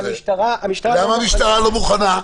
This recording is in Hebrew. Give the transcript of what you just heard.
למה המשטרה לא מוכנה?